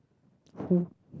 who